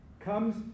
comes